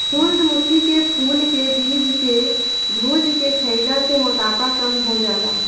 सूरजमुखी के फूल के बीज के भुज के खईला से मोटापा कम हो जाला